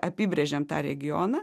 apibrėžiam tą regioną